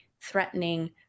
threatening